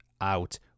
out